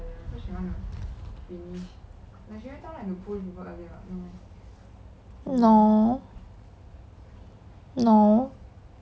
no no